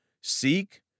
seek